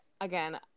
again